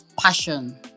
passion